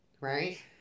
right